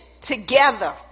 together